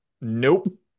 Nope